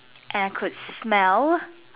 and I could smell